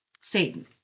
Satan